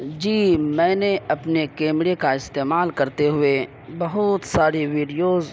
جی میں نے اپنے کیمرے کا استعمال کرتے ہوئے بہت ساری ویڈیوز